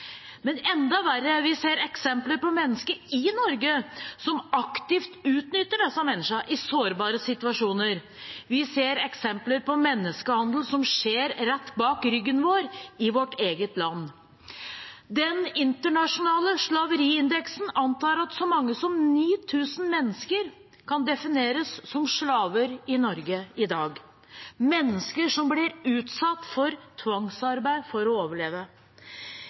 Men enda verre: Vi ser eksempler på mennesker i Norge som aktivt utnytter disse menneskene i sårbare situasjoner. Vi ser eksempler på menneskehandel som skjer rett bak ryggen vår i vårt eget land. Den internasjonale slaveriindeksen antar at så mange som 9 000 mennesker kan defineres som slaver i Norge i dag, mennesker som blir utsatt for tvangsarbeid for å overleve.